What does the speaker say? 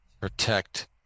protect